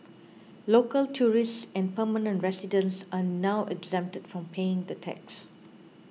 local tourists and permanent residents are now exempted from paying the tax